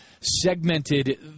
segmented